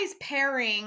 pairing